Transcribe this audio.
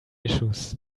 issues